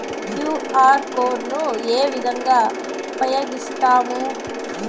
QR code ను ఏ విధంగా ఉపయగిస్తాము?